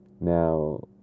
Now